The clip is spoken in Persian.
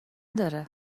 داره